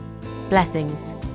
Blessings